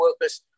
workers